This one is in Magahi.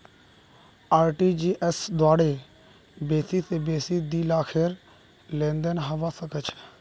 आर.टी.जी.एस द्वारे बेसी स बेसी दी लाखेर लेनदेन हबा सख छ